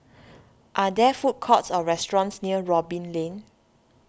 are there food courts or restaurants near Robin Lane